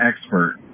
expert